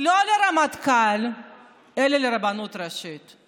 לא לרמטכ"ל אלא לרבנות הראשית.